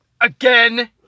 again